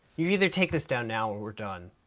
you either take this down now, or we're done.